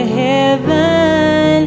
heaven